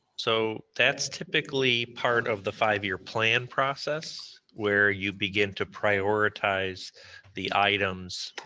so that's typically part of the five year plan process where you begin to prioritize the items,